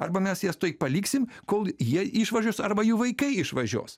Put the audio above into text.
arba mes jas tuoj paliksim kol jie išvažiuos arba jų vaikai išvažiuos